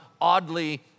oddly